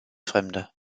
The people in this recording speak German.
fremde